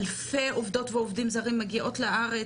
אלפי עובדות ועובדים זרים מגיעים לארץ,